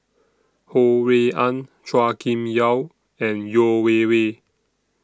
Ho Rui An Chua Kim Yeow and Yeo Wei Wei